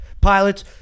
Pilots